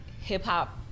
hip-hop